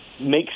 makes